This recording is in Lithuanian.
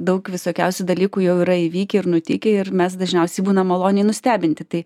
daug visokiausių dalykų jau yra įvykę ir nutikę ir mes dažniausiai būnam maloniai nustebinti tai